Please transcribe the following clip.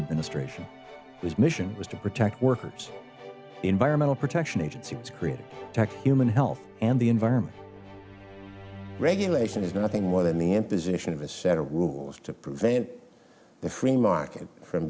administration was mission was to protect workers the environmental protection agency created tech human health and the environment regulation is nothing more than the imposition of a set of rules to prevent the free market from